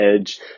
edge